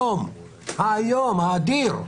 האדיר,